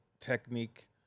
technique